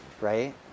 right